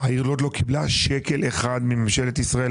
העיר לוד לא קיבלה שקל אחד מממשלת ישראל.